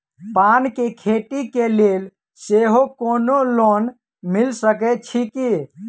पान केँ खेती केँ लेल सेहो कोनो लोन मिल सकै छी की?